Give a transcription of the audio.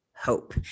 Hope